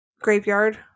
graveyard